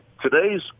today's